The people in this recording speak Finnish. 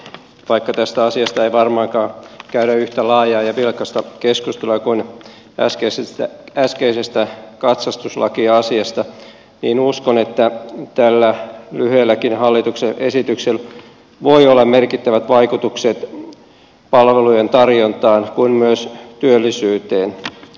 vaikka tästä asiasta ei varmaankaan käydä yhtä laajaa ja vilkasta keskustelua kuin äskeisestä katsastuslakiasiasta niin uskon että tällä lyhyelläkin hallituksen esityksellä voi olla merkittävät vaikutukset niin palvelujen tarjontaan kuin myös työllisyyteen